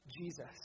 Jesus